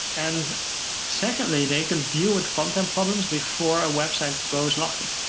and secondly, they can deal with content problems before a website goes live.